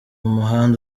muhanda